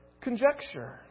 conjecture